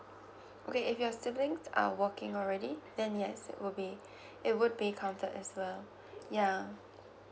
okay if your siblings are working already then yes it would be it would be counted as well ya